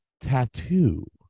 Tattoo